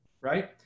right